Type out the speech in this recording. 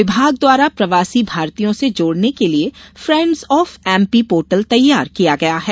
विभाग द्वारा प्रवासी भारतीयों से जोडने के लिये फेंडस ऑफ एमपी पोर्टल तैयार किया गया है